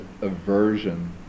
aversion